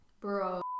Bro